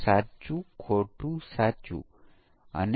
ચાલો આપણે શરૂઆતથી જોઈએ ચાલો આપણે એક ખૂબ જ સરળ સમસ્યા જોઈએ